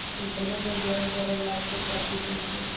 जमा में ब्याज द्वारा लाभ के प्राप्ति होइ छइ